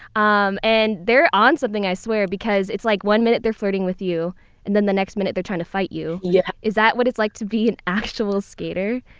um and they're on something, i swear, because it's like one minute they're flirting with you and then the next minute they're trying to fight you. yeah is that what it's like to be an actual skater?